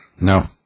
No